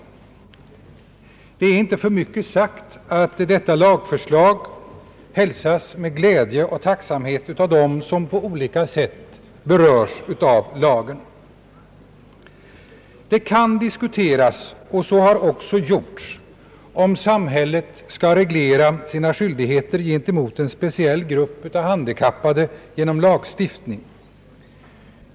Det är heller inte för mycket sagt att detta lagförslag hälsas med glädje och tacksamhet av dem som på olika sätt berörs av lagen. Det kan diskuteras — och så har även skett — om samhället skall genom lagstiftning reglera sina skyldigheter mot en speciell grupp av handikappade.